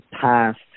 past